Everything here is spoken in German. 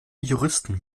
juristen